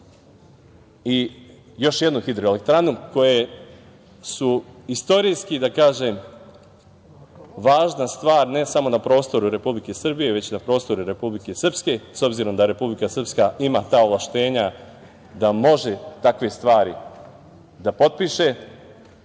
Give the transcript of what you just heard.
i još jednu hidroelektranu koje su istorijski, da kažem, važna stvar ne samo na prostoru Republike Srbije, već i na prostoru Republike Srpske, s obzirom da Republika Srpska ima ta ovlašćenja da može takve stvari da potpiše